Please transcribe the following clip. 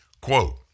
Quote